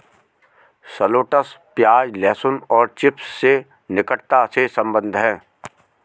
shallots प्याज, लहसुन और चिव्स से निकटता से संबंधित है